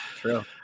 True